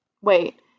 Wait